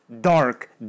dark